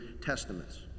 Testaments